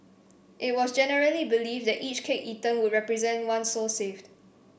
it was generally believed that each cake eaten would represent one soul saved